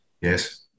Yes